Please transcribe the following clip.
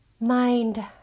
Mind